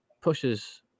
pushes